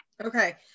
okay